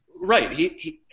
Right